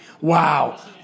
Wow